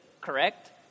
correct